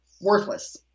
worthless